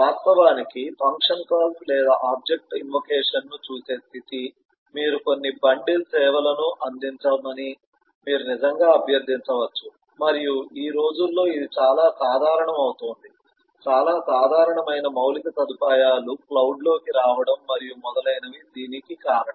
వాస్తవానికి functional calls లేదా object ఇన్వొకేషన్ను చూసే స్థితి మీరు కొన్ని బండిల్ సేవలను అందించమని మీరు నిజంగా అభ్యర్థించవచ్చు మరియు ఈ రోజుల్లో ఇది చాలా సాధారణం అవుతోంది చాలా సాధారణమైన మౌలిక సదుపాయాలు క్లౌడ్లోకి రావడం మరియు మొదలైనవి దీనికి కారణం